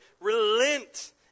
relent